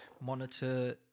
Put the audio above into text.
monitor